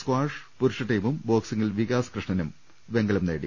squash പുരുഷ ടീമും ബോക്സിംഗിൽ വികാസ് കൃഷ്ണനും വെങ്കലം നേടി